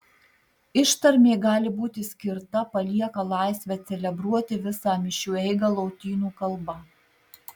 ištarmė gali būti skirta palieka laisvę celebruoti visą mišių eigą lotynų kalba